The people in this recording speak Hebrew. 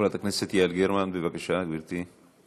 חברת הכנסת יעל גרמן, בבקשה, גברתי.